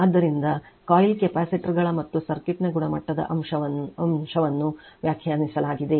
ಆದ್ದರಿಂದ ಕಾಯಿಲ್ ಕೆಪಾಸಿಟರ್ಗಳ ಮತ್ತು ಸರ್ಕ್ಯೂಟ್ ನ ಗುಣಮಟ್ಟದ ಅಂಶವನ್ನು ವ್ಯಾಖ್ಯಾನಿಸಲಾಗಿದೆ